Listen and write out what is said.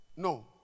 No